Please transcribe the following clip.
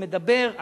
שמדבר,